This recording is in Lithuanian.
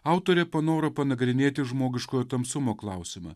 autorė panoro panagrinėti žmogiškojo tamsumo klausimą